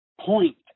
point